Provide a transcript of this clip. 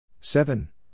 Seven